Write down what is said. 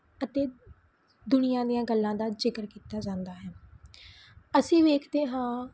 ਅਤੇ ਦੁਨੀਆ ਦੀਆਂ ਗੱਲਾਂ ਦਾ ਜ਼ਿਕਰ ਕੀਤਾ ਜਾਂਦਾ ਹੈ ਅਸੀਂ ਵੇਖਦੇ ਹਾਂ